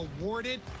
awarded